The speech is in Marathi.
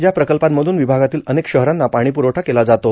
या प्रकल्पांमधून विभागातील अनेक शहरांना पाणीपुरवठा केला जातो